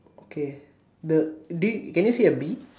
okay the dude can you see a bee